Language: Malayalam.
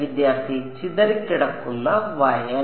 വിദ്യാർത്ഥി ചിതറിക്കിടക്കുന്ന വയൽ